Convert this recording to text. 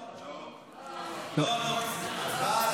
לא, הצבעה.